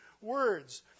words